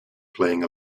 playing